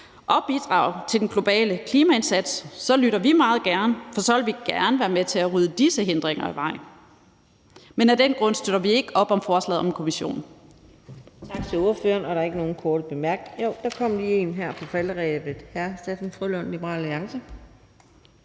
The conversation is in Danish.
og bidrage til den globale klimaindsats, så lytter vi meget gerne, for så vil vi gerne være med til at rydde disse hindringer af vejen. Med disse ord støtter vi ikke op om forslaget om en kommission.